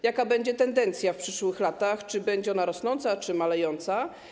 Jaka będzie tendencja w przyszłych latach, czy będzie ona rosnąca, czy malejąca?